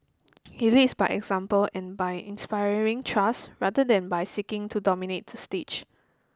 he leads by example and by inspiring trust rather than by seeking to dominate the stage